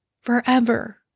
Forever